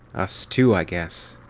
us, too, i guess.